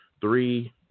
three